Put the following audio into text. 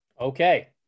Okay